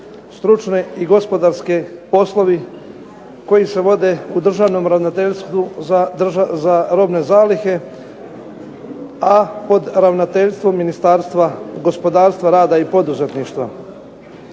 stručni i gospodarski poslovi koji se vode u Državnom ravnateljstvu za robne zalihe, a pod ravnateljstvom Ministarstva gospodarstva, rada i poduzetništva.